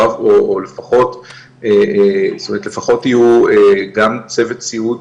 או לפחות יהיה גם צוות סיעוד